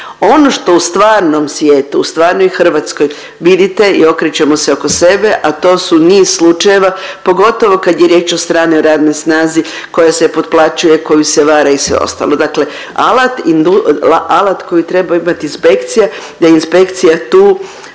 Ono što u stvarnom svijetu, u stvarnoj Hrvatskoj vidite i okrećemo se oko sebe, a to su niz slučajeva, pogotovo kad je riječ o stranoj radnoj snazi koja se potplaćuje, koju se vara i sve ostalo, dakle alat indu… alat koji treba imati inspekcija da inspekcija tu